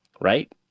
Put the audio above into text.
right